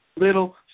Little